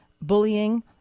bullying